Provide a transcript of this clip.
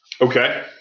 Okay